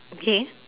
okay